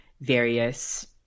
various